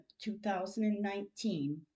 2019